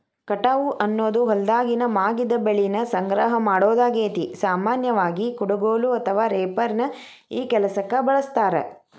ಕಟಾವು ಅನ್ನೋದು ಹೊಲ್ದಾಗಿನ ಮಾಗಿದ ಬೆಳಿನ ಸಂಗ್ರಹ ಮಾಡೋದಾಗೇತಿ, ಸಾಮಾನ್ಯವಾಗಿ, ಕುಡಗೋಲು ಅಥವಾ ರೇಪರ್ ನ ಈ ಕೆಲ್ಸಕ್ಕ ಬಳಸ್ತಾರ